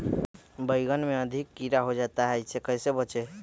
बैंगन में अधिक कीड़ा हो जाता हैं इससे कैसे बचे?